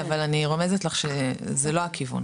אבל אני רומזת לך שזה לא הכיוון.